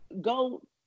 go